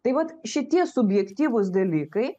tai vat šitie subjektyvūs dalykai